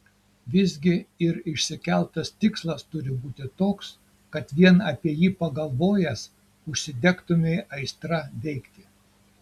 visgi ir išsikeltas tikslas turi būti toks kad vien apie jį pagalvojęs užsidegtumei aistra veikti